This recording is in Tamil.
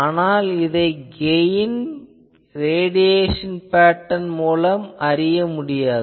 ஆனால் இதை கெயின் ரேடியேசன் பேட்டர்ன் மூலம் அறிய முடியாது